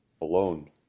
alone